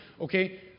okay